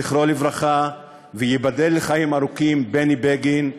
זכרו לברכה, וייבדל לחיים ארוכים בני בגין,